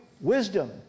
wisdom